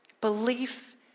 Belief